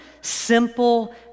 simple